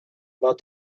about